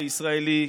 כישראלי,